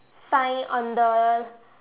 sign on the